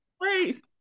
Wait